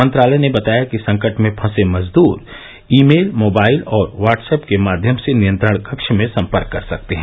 मंत्रालय ने बताया कि संकट में फसे मजदूर ई मेल मोबाइल और व्हॉटसेप के माध्यम से नियंत्रण कक्ष में संपर्क कर सकते हैं